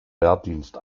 wehrdienst